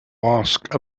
ask